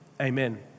Amen